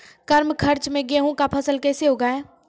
कम खर्च मे गेहूँ का फसल कैसे उगाएं?